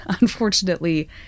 unfortunately